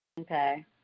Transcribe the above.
Okay